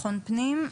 נמצא.